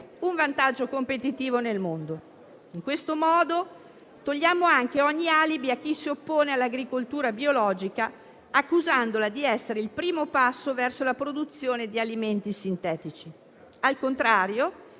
un vantaggio competitivo nel mondo. In questo modo togliamo anche ogni alibi a chi si oppone all'agricoltura biologica, accusandola di essere il primo passo verso la produzione di alimenti sintetici. Al contrario